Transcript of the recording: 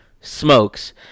smokes